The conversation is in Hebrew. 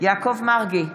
יעקב מרגי,